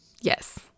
Yes